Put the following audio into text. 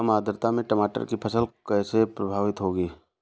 कम आर्द्रता में टमाटर की फसल कैसे प्रभावित होगी?